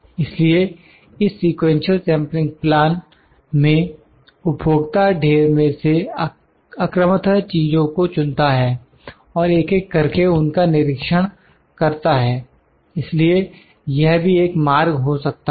इसलिए इस sequential sampling plan में उपभोक्ता ढेर में से अक्रमतः चीजों को चुनता है और एक एक करके उनका निरीक्षण करता है इसलिए यह भी एक मार्ग हो सकता है